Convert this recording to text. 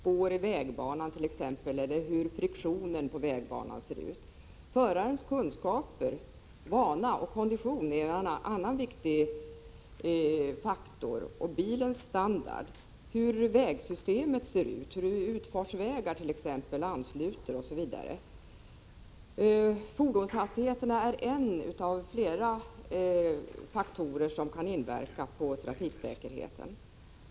Det kan t.ex. vara spår i vägbanan, och friktionen på vägbanan varierar. Förarens kunskaper, vana och kondition är andra betydelsefulla faktorer, liksom bilens standard, hur vägsystemet ser ut, hur utfartsvägar ansluter osv. Fordonshastigheten är alltså bara en av flera faktorer som kan inverka på trafiksäkerheten.